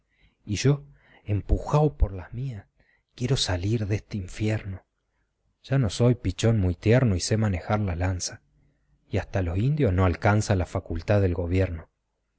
y yo empujao por las mías quiero salir de este infierno ya no soy pichón muy tierno y sé manejar la lanza y hasta los indios no alcanza la facultá de gobierno